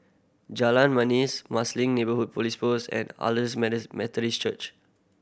Jalan Manis Marsiling Neighbourhood Police Post and Church